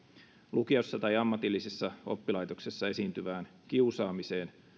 lukiossa tai ammatillisessa oppilaitoksessa esiintyvään kiusaamiseen